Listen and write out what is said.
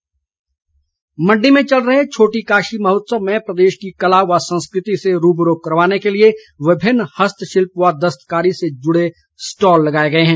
उत्सव मंडी में चल रहे छोटी काशी महोत्सव में प्रदेश के कला व संस्कृति से रूबरू करवाने के लिए विभिन्न हस्तशिल्प व दस्तकारी से जुड़े स्टॉल लगाए गए हैं